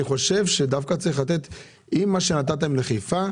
אני חושב שעם מה שנתתם בחיפה,